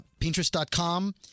Pinterest.com